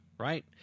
Right